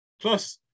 Plus